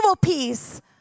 peace